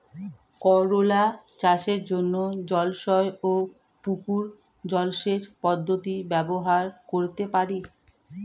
করোলা চাষের জন্য জলাশয় ও পুকুর জলসেচ পদ্ধতি ব্যবহার করতে পারি?